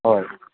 ꯍꯣꯏ